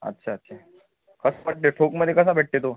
अच्छा अच्छा ठोकमध्ये कसा भेटते तो